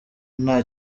nta